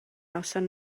noson